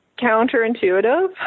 counterintuitive